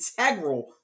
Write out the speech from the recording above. integral